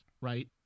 right